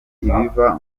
ibiva